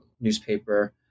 newspaper